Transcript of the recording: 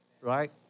right